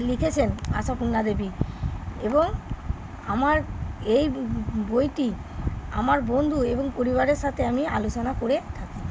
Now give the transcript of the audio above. লিখেছেন আশাপূর্ণা দেবী এবং আমার এই বইটি আমার বন্ধু এবং পরিবারের সাথে আমি আলোচনা করে থাকি